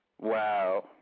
wow